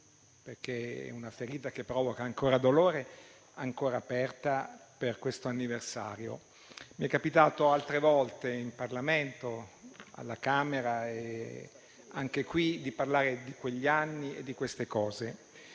perché è una ferita che provoca dolore - ancora aperta per questo anniversario. Mi è capitato altre volte in Parlamento, alla Camera e anche qui, di parlare di quegli anni e di queste cose.